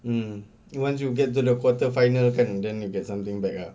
mm you once you get the the quarter final kan then you get something back ah